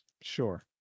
sure